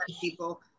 people